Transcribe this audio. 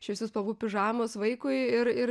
šviesių spalvų pižamos vaikui ir ir